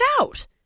out